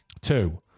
Two